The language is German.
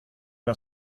der